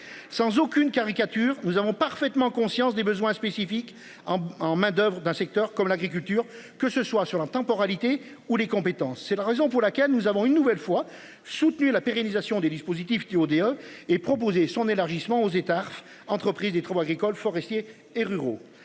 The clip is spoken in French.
Sans aucune caricature. Nous avons parfaitement conscience des besoins spécifiques en main d'Oeuvres d'un secteur comme l'agriculture, que ce soit sur la temporalité ou les compétences. C'est la raison pour laquelle nous avons une nouvelle fois soutenu la pérennisation des dispositif TODE et proposer son élargissement aux États arf entreprise des 3 agricoles forestier et ruraux